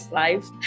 life